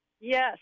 Yes